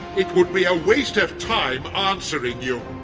it would be a waste of time answering you.